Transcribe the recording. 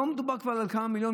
לא מדובר בכמה מיליונים,